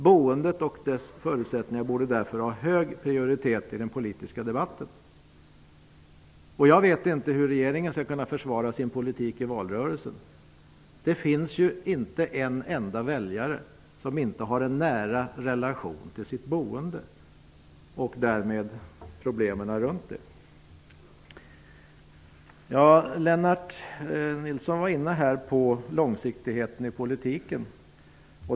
Boendet och dess förutsättningar borde därför ha hög prioritet i den politiska debatten. Jag vet inte hur regeringen skall kunna försvara sin politik i valrörelsen. Det finns ju inte en enda väljare som inte har en nära relation till sitt boende och därmed problemen kring det. Lennart Nilsson var här inne på långsiktigheten i politiken.